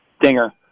dinger